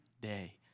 day